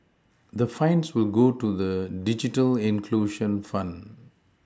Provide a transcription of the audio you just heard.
the fines will go to the digital inclusion fund